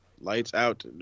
Lights-out